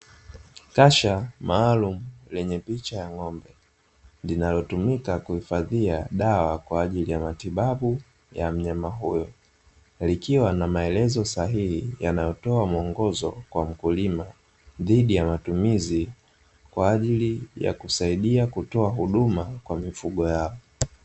Kasha maalumu lenye picha ya ngombe linalotumika kuhifadhia dawa kwaajili ya matibabu ya mnyama huyo, likiwa na maelezo sahihi yanayotoa muongozo kwa mkulima dhidi ya matumizi kwaajili ya kusaidia kutoa huduma kwa mifugo yao.